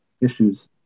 issues